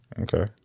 Okay